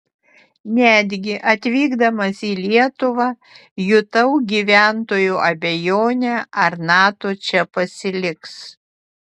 netgi atvykdamas į lietuvą jutau gyventojų abejonę ar nato čia pasiliks